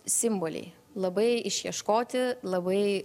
simboliai labai išieškoti labai